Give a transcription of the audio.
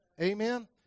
Amen